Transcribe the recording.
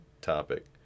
topic